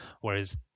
whereas